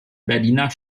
berliner